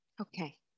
Okay